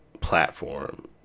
platform